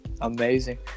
amazing